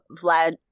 Vlad